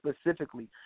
specifically